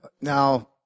now